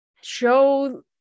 show